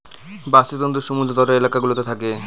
বাস্তুতন্ত্র সমুদ্র তটের এলাকা গুলোতে থাকে